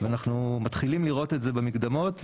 ואנחנו מתחילים לראות את זה במקדמות,